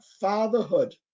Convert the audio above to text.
fatherhood